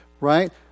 right